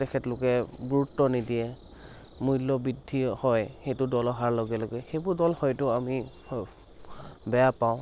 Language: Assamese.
তেখেতলোকে গুৰুত্ব নিদিয়ে মূল্য বৃদ্ধি হয় সেইটো দল অহাৰ লগে লগে সেইবোৰ দল হয়তো আমি হ বেয়া পাওঁ